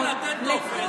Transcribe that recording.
מה הבעיה לתת טופס,